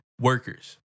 workers